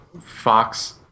Fox